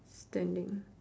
standing